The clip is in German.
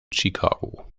chicago